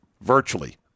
virtually